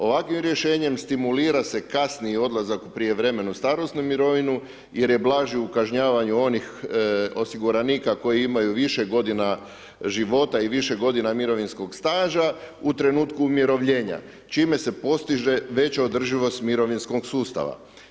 Ovakvim rješenjem stimulira se kasniji odlazak u prijevremenu starosnu mirovinu, jer je blaži u kažnjavanju onih osiguranika koji imaju više godina života i više godina mirovinskog staža u trenutku umirovljenja, čime se postiže veća održivost mirovinskog sustava.